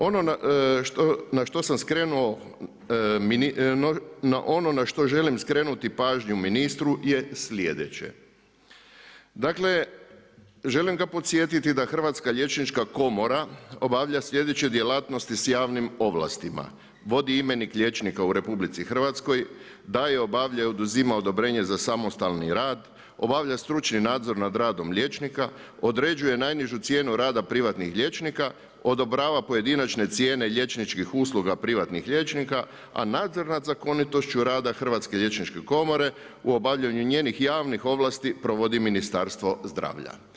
Ono na što želim skrenuti pažnju ministru je sljedeće, dakle želim ga podsjetiti da Hrvatska liječnička komora obavlja sljedeće djelatnosti s javnim ovlastima, vodi imenik liječnika u RH, daje, obavlja i oduzima odobrenje za samostalni rad, obavlja stručni nadzor nad radom liječnika, određuje najnižu cijenu rada privatnih liječnika, odobrava pojedinačne cijene liječničkih usluga privatnih liječnika, a nadzor nad zakonitošću rada Hrvatske liječničke komore u obavljanju njenih javnih ovlasti provodi Ministarstvo zdravlja.